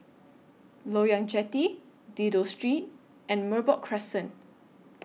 Loyang Jetty Dido Street and Merbok Crescent